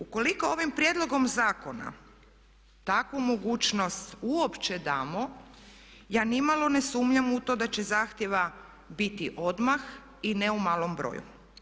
Ukoliko ovim prijedlogom zakona takvu mogućnost uopće damo, ja ni malo ne sumnjam u to da će zahtjeva biti odmah i ne u malom broju.